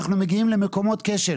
אנחנו מגיעים למקומות כשל,